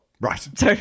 Right